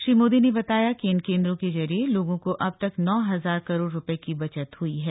श्री मोदी ने बताया कि इन केन्द्रों के जरिए लोगों को अब तक नौ हजार करोड़ रुपये की बचत हुई है